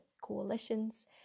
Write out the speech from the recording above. coalitions